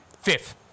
fifth